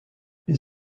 les